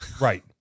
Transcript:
Right